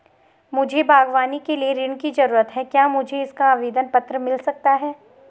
मुझे बागवानी के लिए ऋण की ज़रूरत है क्या मुझे इसका आवेदन पत्र मिल सकता है?